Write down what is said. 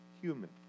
human